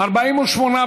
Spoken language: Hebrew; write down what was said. הצעת